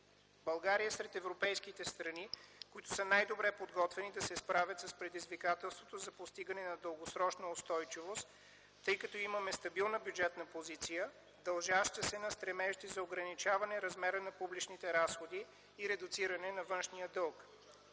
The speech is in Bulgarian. България е сред европейските страни, които са най-добре подготвени да се справят с предизвикателството за постигане на дългосрочна устойчивост, тъй като имаме стабилна бюджетна позиция, дължаща се на стремежите за ограничаване размера на публичните разходи и редуциране на външния дълг.